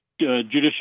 judicial